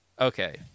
Okay